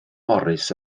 morris